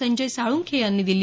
संजय साळुंखे यांनी दिली